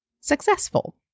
successful